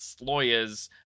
lawyers